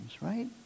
right